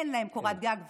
אין להם קורת גג.